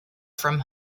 from